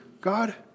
God